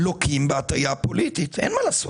לוקים בהטיה פוליטית, אין מה לעשות.